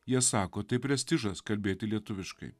jie sako tai prestižas kalbėti lietuviškai